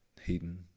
heating